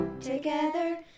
together